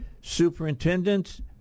superintendents